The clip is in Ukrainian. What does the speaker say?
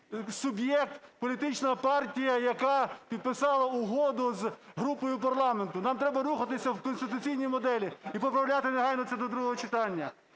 суб'єкт - політична партія, яка підписала угоду з групою парламенту. Нам треба рухатися в конституційній моделі і поправляти негайно це до другого читання.